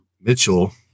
Mitchell